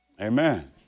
Amen